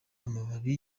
amababi